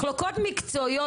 מחלוקות מקצועיות,